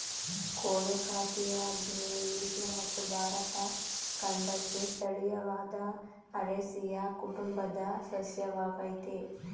colocasia ಆಗ್ನೇಯ Asia ಮತ್ತು ಭಾರತ ಖಂಡಕ್ಕೆ ಸ್ಥಳೀಯವಾದ ಅರೇಸಿಯ ಕುಟುಂಬದ ಸಸ್ಯವಾಗಯ್ತೆ